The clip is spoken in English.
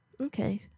Okay